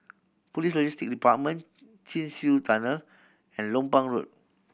Police Logistics Department Chin Swee Tunnel and Lompang Road